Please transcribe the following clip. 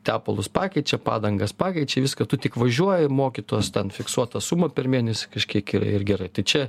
tepalus pakeičia padangas pakeičia viską tu tik važiuoji moki tuos ten fiksuotą sumą per mėnesį kažkiek ir ir gerai tai čia